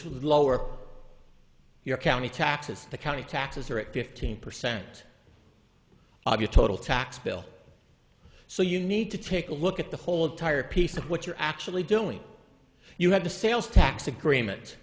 would lower your county taxes the county taxes are at fifteen percent of your total tax bill so you need to take a look at the whole entire piece of what you're actually doing you have the sales tax agreement